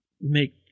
make